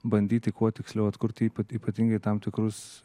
bandyti kuo tiksliau atkurti ypa ypatingai tam tikrus